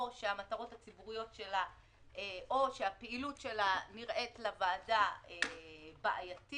או שהמטרות הציבוריות שלה או שהפעילות שלה נראית לוועדה בעייתית,